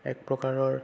এক প্ৰকাৰৰ